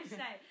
say